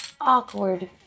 awkward